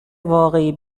واقعی